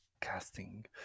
casting